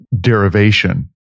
derivation